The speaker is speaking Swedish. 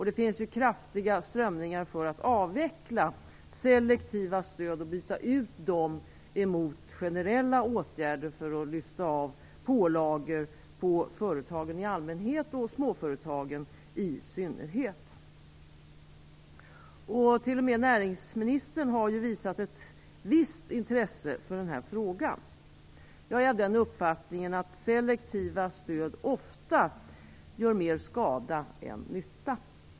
Det finns kraftiga strömningar för att avveckla selektiva stöd och byta ut dem mot generella åtgärder för att lyfta av pålagor på företagen i allmänhet och småföretagen i synnerhet. T.o.m. näringsministern har visat ett viss intresse för den här frågan. Jag är av den uppfattningen att selektiva stöd ofta gör mer skada än nytta.